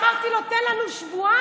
אמרתי לו: תן לנו שבועיים,